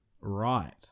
right